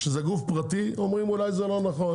כשזה גוף פרטי, אומרים: אולי זה לא נכון.